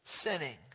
sinning